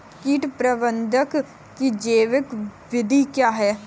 कीट प्रबंधक की जैविक विधि क्या है?